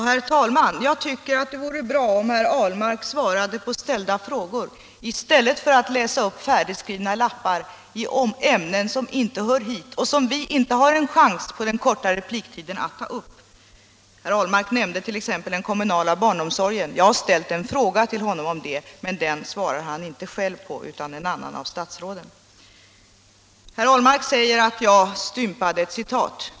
Herr talman! Det vore bra om herr Ahlmark svarade på ställda frågor i stället för att läsa upp färdigskrivna lappar i ämnen som inte hör hit och som vi på den korta repliktiden inte har en chans att ta upp. Herr Ahlmark nämnde t.ex. den kommunala barnomsorgen. Jag har ställt en fråga till honom om den, men den frågan svarar han inte själv på, utan ett annat av statsråden. Herr Ahlmark påstår att jag stympade ett citat.